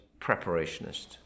preparationist